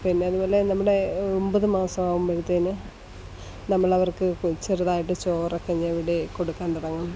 പിന്നെ അതുപോലെ നമ്മുടെ ഒമ്പത് മാസം ആവുമ്പോഴത്തേന് നമ്മൾ അവർക്ക് ചെറുതായിട്ട് ചോറൊക്കെ ഞവടി കൊടുക്കാൻ തുടങ്ങും